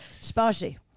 Spicy